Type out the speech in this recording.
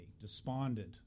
Despondent